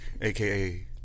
Aka